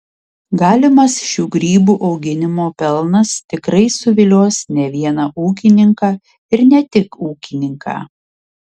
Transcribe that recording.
galimas šių grybų auginimo pelnas tikrai suvilios ne vieną ūkininką ir ne tik ūkininką